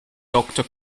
doctor